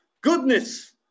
Goodness